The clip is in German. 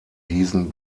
diesen